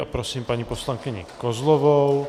Prosím paní poslankyni Kozlovou.